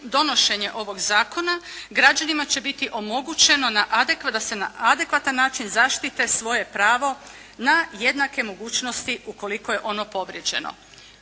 donošenje ovoga zakona građanima će biti omogućeno da se na adekvatan način zaštite svoje pravo na jednake mogućnosti ukoliko je ono povrijeđeno.